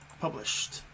published